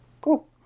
cool